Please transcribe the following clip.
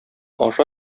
аша